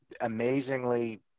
amazingly